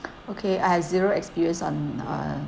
okay I have zero experience on uh